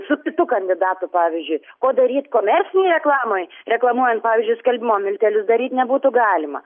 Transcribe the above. su kitu kandidatu pavyzdžiui o daryt komercinei reklamai reklamuojant pavyzdžiui skalbimo miltelius daryt nebūtų galima